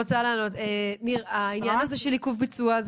העניין הזה של עיכוב ביצוע,